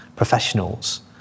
Professionals